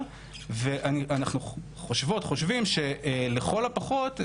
ואני/אנחנו חושבות וחושבים שלכל הפחות,